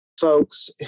folks